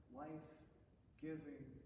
life-giving